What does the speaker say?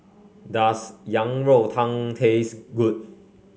does Yang Rou Tang taste good